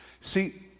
See